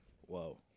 Whoa